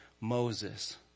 Moses